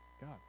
God